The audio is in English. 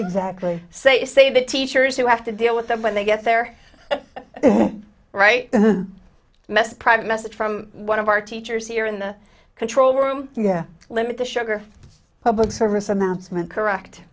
exactly so you say the teachers who have to deal with that when they get their right mess private message from one of our teachers here in the control room yeah limit the sugar public service announcement correct